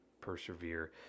persevere